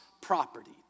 property